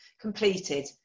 completed